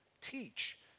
teach